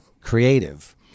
creative